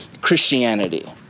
Christianity